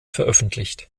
veröffentlicht